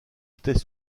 était